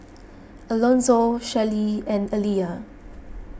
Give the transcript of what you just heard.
Elonzo Shelly and Aliya